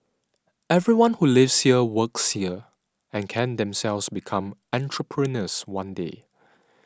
everyone who lives here works here and can themselves become entrepreneurs one day